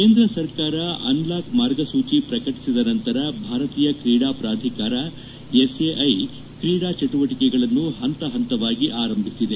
ಕೇಂದ್ರ ಸರ್ಕಾರ ಅನ್ಲಾಕ್ ಮಾರ್ಗಸೂಚಿ ಪ್ರಕಟಿಸಿದ ನಂತರ ಭಾರತೀಯ ಕ್ರೀಡಾ ಪ್ರಾಧಿಕಾರ ಎಸ್ಎಐ ಕ್ರೀಡಾ ಚಟುವಟಿಕೆಗಳನ್ನು ಪಂತ ಪಂತವಾಗಿ ಆರಂಭಿಸಿದೆ